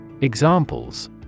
Examples